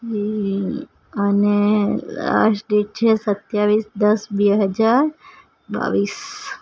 હા અને last date છે સત્તાવીસ દસ બે હજાર બાવીસ